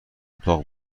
اتاق